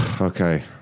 Okay